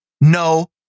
No